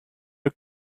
are